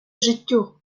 життю